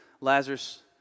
Lazarus